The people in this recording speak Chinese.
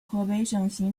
河北省